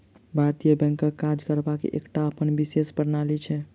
भारतीय बैंकक काज करबाक एकटा अपन विशेष प्रणाली छै